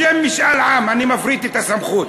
בשם משאל עם אני מפריט את הסמכות.